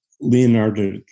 Leonardo